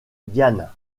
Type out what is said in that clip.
diane